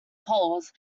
polls